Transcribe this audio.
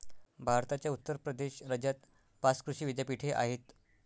भारताच्या उत्तर प्रदेश राज्यात पाच कृषी विद्यापीठे आहेत